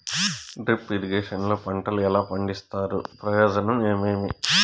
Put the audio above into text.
Drip irrigation లో పంటలు ఎలా పండిస్తారు ప్రయోజనం ఏమేమి?